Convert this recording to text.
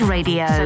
Radio